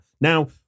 Now